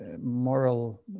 moral